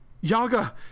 Yaga